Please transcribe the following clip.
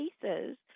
cases